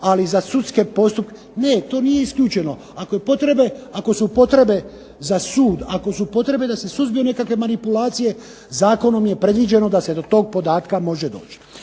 ali za sudske postupke. Ne, to nije isključeno. Ako se upotrebe za sud, ako se upotrebe da se suzbiju nekakve manipulacije zakonom je predviđeno da se do tog podatka može doći.